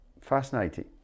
fascinating